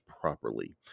properly